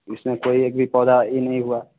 इसमें एक भी पौधा ये नहीं हुआ